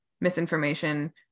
misinformation